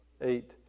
eight